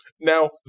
Now